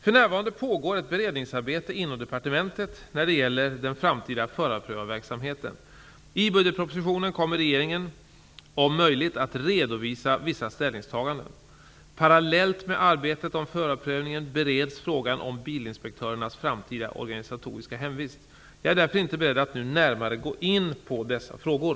För närvarande pågår ett beredningsarbete inom departementet när det gäller den framtida förarprövarverksamheten. I budgetpropositionen kommer regeringen om möjligt att redovisa vissa ställningstaganden. Parallellt med arbetet om förarprövningen bereds frågan om bilinspektörernas framtida organisatoriska hemvist. Jag är därför inte beredd att nu gå närmare in på dessa frågor.